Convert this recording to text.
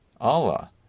Allah